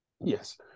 Yes